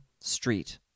street